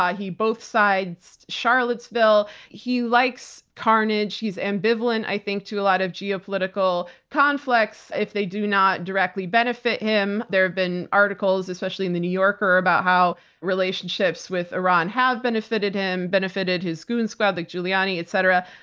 he both sides-ed charlottesville. he likes carnage. he's ambivalent, i think, to a lot of geopolitical conflicts if they do not directly benefit him. there have been articles, especially in the new yorker, about how relationships with iran have benefited him, benefited his goon squad, like giuliani, et cetera.